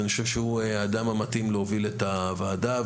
אני חושב שהוא האדם המתאים להוביל את הוועדה,